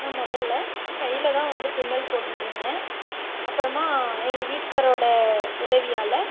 நான் முதல்ல கையில் தான் வந்து பின்னல் போட்டுட்டிருந்தேன் அப்புறமா எங்கள் வீட்டுக்காரரோட உதவியால்